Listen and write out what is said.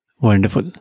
Wonderful